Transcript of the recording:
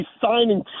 signing